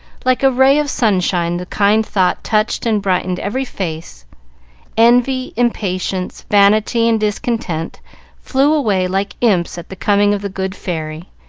like a ray of sunshine the kind thought touched and brightened every face envy, impatience, vanity, and discontent flew away like imps at the coming of the good fairy,